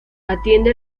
atiende